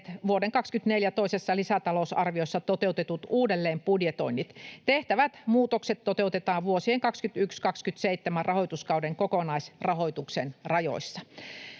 vuoden 24 toisessa lisätalousarviossa toteutetut uudelleenbudjetoinnit. Tehtävät muutokset toteutetaan vuosien 21—27 rahoituskauden kokonaisrahoituksen rajoissa.